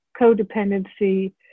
codependency